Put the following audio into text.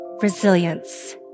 resilience